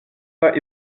pas